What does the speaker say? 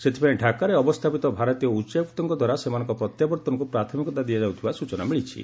ସେଥିପାଇଁ ଢାକାରେ ଅବସ୍ଥାପିତ ଭାରତୀୟ ଉଚ୍ଚାୟୁକ୍ତଙ୍କ ଦ୍ୱାରା ସେମାନଙ୍କ ପ୍ରତ୍ୟାବର୍ତ୍ତନକୁ ପ୍ରାଥମିକତା ଦିଆଯାଉଥିବା ସ୍ଚଚନା ମିଳିଛି